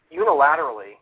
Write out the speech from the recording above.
unilaterally